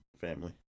family